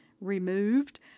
removed